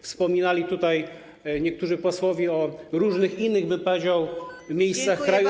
Wspominali tutaj niektórzy posłowie o różnych innych, bym powiedział, miejscach w kraju.